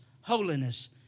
holiness